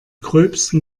gröbsten